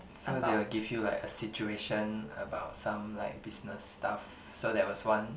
so they will give you like a situation about some like business stuff so there was one